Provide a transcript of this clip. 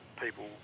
people